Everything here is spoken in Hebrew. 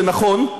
זה נכון,